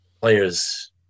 players